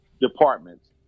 departments